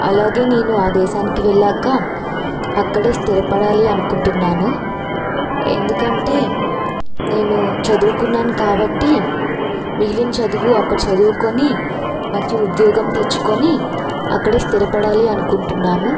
అలాగే నేను ఆ దేశానికి వెళ్ళాక అక్కడ స్థిరపడాలి అనుకుంటున్నాను ఎందుకంటే నేను చదువుకున్నాను కాబట్టి మిగిలిన చదువు అక్కడ చదువుకుని మంచి ఉద్యోగం తెచ్చుకొని అక్కడ స్థిరపడాలి అనుకుంటున్నాను